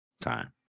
time